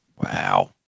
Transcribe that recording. Wow